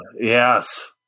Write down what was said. yes